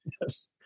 yes